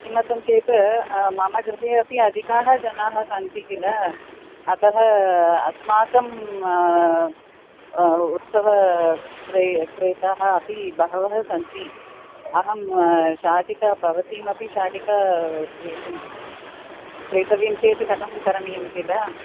किमर्थम् चेत् मम गृहे अपि अधिकाः जनाः सन्ति किल अतः अस्माकम् उत्सवे क्रेताः अपि बहवः सन्ति अहं शाटिका भवतीमपि शाटिका क्रेतुं क्रेतव्यम् चेत् कथं करणीयं किल